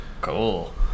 Cool